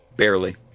Barely